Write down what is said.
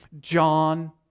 John